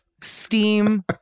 steam